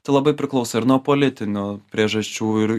tai labai priklauso ir nuo politinių priežasčių ir